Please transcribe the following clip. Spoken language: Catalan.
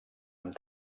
amb